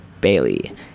Bailey